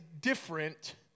different